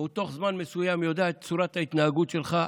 והוא בתוך זמן מסוים יודע את צורת ההתנהגות שלך,